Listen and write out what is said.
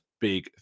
big